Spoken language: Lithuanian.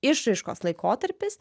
išraiškos laikotarpis